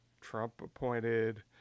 Trump-appointed